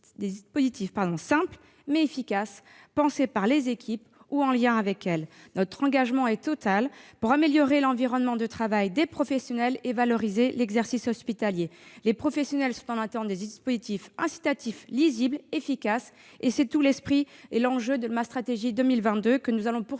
simples, mais efficaces, pensés par les équipes ou en liaison avec elles. Notre engagement est total pour améliorer l'environnement de travail des professionnels et pour valoriser l'exercice hospitalier. Les professionnels sont en attente de dispositifs incitatifs, lisibles et efficaces. C'est tout l'esprit et l'enjeu de la stratégie Ma santé 2022, que nous allons poursuivre